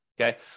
Okay